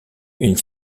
une